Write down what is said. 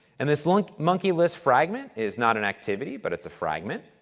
and this monkey monkey list fragment is not an activity, but it's a fragment.